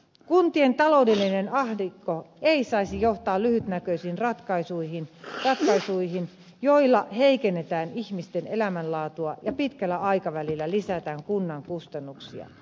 kuntien taloudellinen ahdinko ei saisi johtaa lyhytnäköisiin ratkaisuihin joilla heikennetään ihmisten elämänlaatua ja pitkällä aikavälillä lisätään kunnan kustannuksia